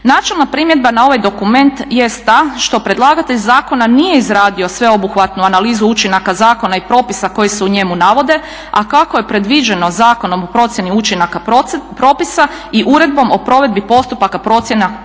Načelna primjedba na ovaj dokument jest ta što predlagatelj zakona nije izradio sveobuhvatnu analizu učinaka zakona i propisa koji se u njemu navode, a kako je predviđeno Zakonom o procjeni učinaka propisa i Uredbom o provedbi postupaka procjena učinaka